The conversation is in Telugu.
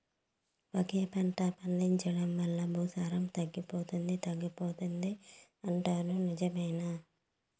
ఒకే పంట పండించడం వల్ల భూసారం తగ్గిపోతుంది పోతుంది అంటారు నిజమేనా